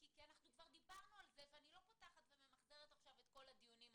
כי אני לא פותחת וממחזרת עכשיו את כל הדיונים אחורה.